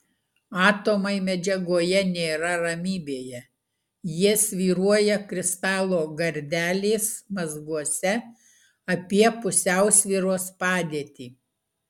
atomai medžiagoje nėra ramybėje jie svyruoja kristalo gardelės mazguose apie pusiausvyros padėtį